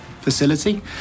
facility